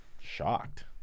shocked